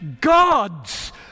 God's